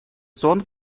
зон